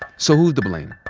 so who to blame?